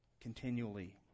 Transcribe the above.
continually